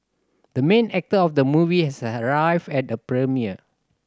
the main actor of the movie has arrived at the premiere